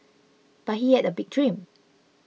but he had a big dream